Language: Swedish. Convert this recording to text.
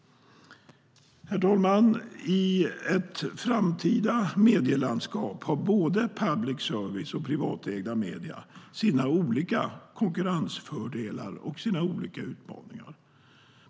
Herr talman! I ett framtida medielandskap har både public service och privatägda medier sina olika konkurrensfördelar och sina olika utmaningar.